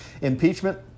Impeachment